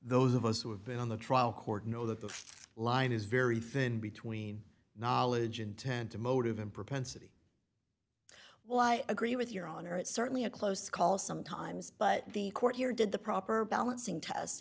those of us who have been on the trial court know that the line is very thin between knowledge intent to motive and propensity well i agree with your honor it's certainly a close call sometimes but the court here did the proper balancing test